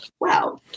wow